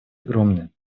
огромны